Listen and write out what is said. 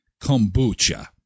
Kombucha